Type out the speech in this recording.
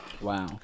Wow